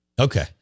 Okay